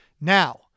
Now